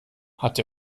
hat